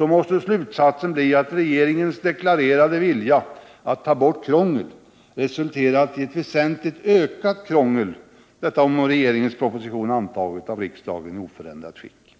måste slutsatsen bli att regeringens deklarerade vilja att ta bort krångel resulterat i ett väsentligt ökat krångel om regeringens proposition antagits av riksdagen i oförändrat skick.